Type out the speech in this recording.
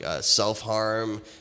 self-harm